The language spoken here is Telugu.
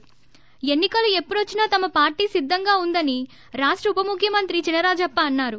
ి ఎన్నికలు ఎప్పుడొచ్చినా తమ పార్టీ సిద్దంగా ఉందని రాష్ట ఉప ముక్యమంత్రి చినరాజప్ప అన్నారు